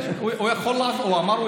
הוא אמר את זה בצחוק.